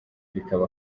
bikaba